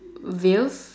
vilf